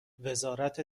وزارت